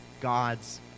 God's